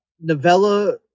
novella